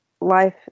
life